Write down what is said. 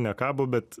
nekabo bet